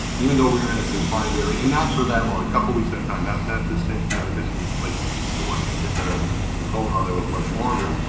even though we were in a confined area and not for that long, a couple weeks that time, that's not the same. you know, the missions like the one nicole went on there was much longer.